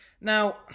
Now